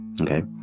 Okay